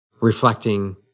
reflecting